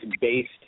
based